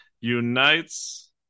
unites